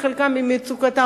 וחלקם ממצוקתם,